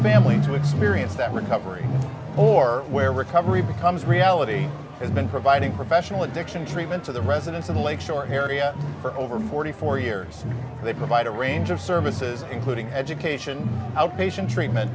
family to experience that recovery or where recovery becomes reality has been providing professional addiction treatment to the residents of the lake shore here for over forty four years they provide a range of services including education outpatient treatment